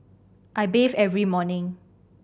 I bathe every morning